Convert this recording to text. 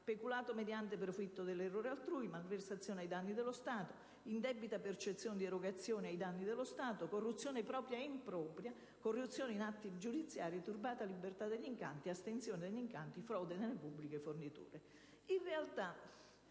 peculato mediante profitto dell'errore altrui; malversazione ai danni dello Stato; indebita percezione di erogazione ai danni dello Stato; corruzione propria e impropria; corruzione in atti giudiziari; turbata libertà degli incanti; astensione dagli incanti; frode nelle pubbliche forniture.